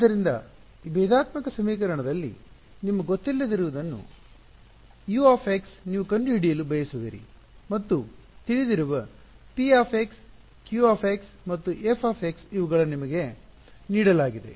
ಆದ್ದರಿಂದ ಈ ಭೇದಾತ್ಮಕ ಸಮೀಕರಣದಲ್ಲಿ ನಿಮ್ಮ ಗೊತ್ತಿಲ್ಲದಿರುವುಗಳನ್ನು U ನೀವು ಕಂಡುಹಿಡಿಯಲು ಬಯಸುವಿರಿ ಮತ್ತು ತಿಳಿದಿರುವ p q ಮತ್ತು f ಇವುಗಳನ್ನು ನಿಮಗೆ ನೀಡಲಾಗಿದೆ